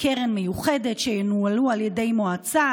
בקרן מיוחדת וינוהלו על ידי מועצה,